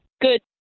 good